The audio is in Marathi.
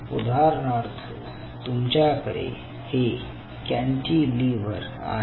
उदाहरणार्थ तुमच्याकडे हे कॅन्टीलिव्हर आहे